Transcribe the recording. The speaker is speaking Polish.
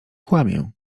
kłamię